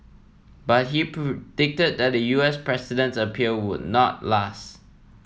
but he predicted that the U S president's appeal would not last